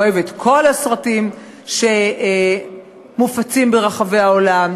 אוהב את כל הסרטים שמופצים ברחבי העולם,